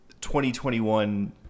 2021